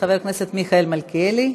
חבר הכנסת מיכאל מלכיאלי,